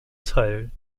teil